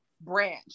branch